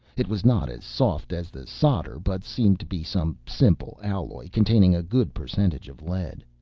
it was not as soft as the solder, but seemed to be some simple alloy containing a good percentage of lead.